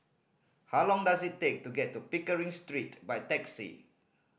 how long does it take to get to Pickering Street by taxi